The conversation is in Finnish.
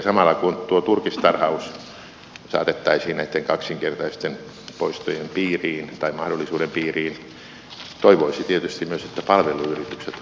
samalla kun tuo turkistarhaus saatettaisiin näitten kaksinkertaisten poistojen mahdollisuuden piiriin toivoisi tietysti myös että palveluyritykset